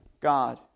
God